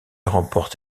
remporte